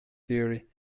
theory